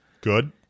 Good